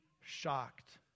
shocked